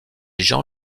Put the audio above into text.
jean